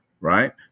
right